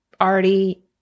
already